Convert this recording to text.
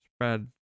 Spread